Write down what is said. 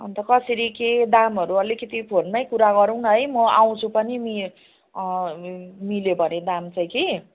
अनि त कसरी के दामहरू अलिकति फोनमै कुरा गरौँ न है म आउँछु पनि मि मिल्यो भने दाम चाहिँ कि